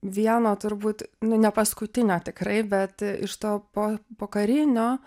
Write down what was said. vieno turbūt nu ne paskutinio tikrai bet iš to po pokarinio